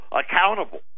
accountable